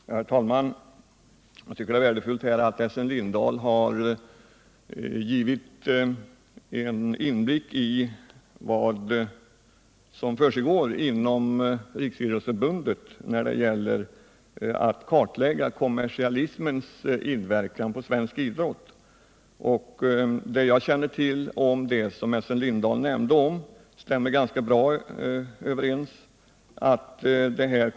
Herr talman! Det är värdefullt att Essen Lindahl har givit en inblick i vad som försigår inom Riksidrottsförbundet när det gäller att kartlägga kommersialismens inverkan på svensk idrott. Det jag känner till om detta stämmer ganska bra med vad Essen Lindahl nämnde.